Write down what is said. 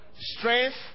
strength